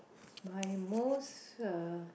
my most uh